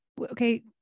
okay